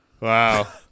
Wow